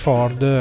Ford